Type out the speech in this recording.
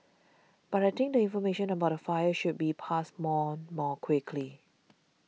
but I think the information about the fire should be passed more more quickly